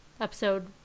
episode